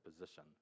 position